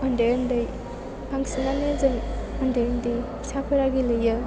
उन्दै उन्दै सानसेमानि जों उन्दै उन्दैसाफोरा गेलेयो